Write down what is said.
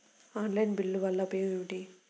Online బిల్లుల వల్ల ఉపయోగమేమిటీ?